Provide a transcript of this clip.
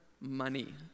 Money